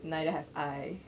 neither have I